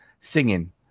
singing